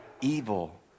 evil